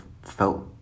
felt